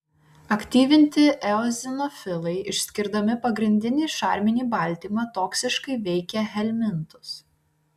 aktyvinti eozinofilai išskirdami pagrindinį šarminį baltymą toksiškai veikia helmintus